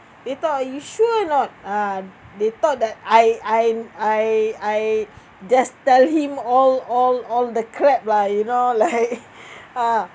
they thought are you sure or not uh they thought that I I I I just tell him all all all the crap lah you know like uh